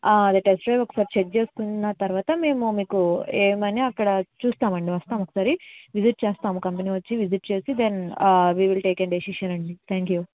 అంటే test drive కూడా check చేసుకున్న తర్వాత మేము మీకు ఏమని అక్కడ చూస్తామండి వస్తాం ఒకసారి విజిట్ చేస్తాం కంపనీ వచ్చి విజిట్ చేసి then will take a decision అండి త్యాంక్ యూ